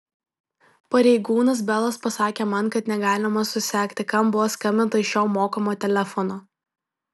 pareigūnas belas pasakė man kad negalima susekti kam buvo skambinta iš šio mokamo telefono